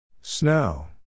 Snow